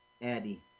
Eddie